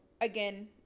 again